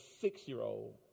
six-year-old